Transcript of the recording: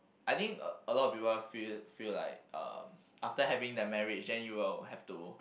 I think a a lot of people feel feel like uh after having the marriage then you will have to